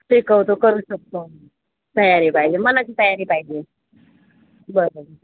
ते कौतुक करू शकतो तयारी पाहिजे मनाची तयारी पाहिजे बरोबर